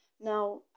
Now